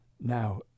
Now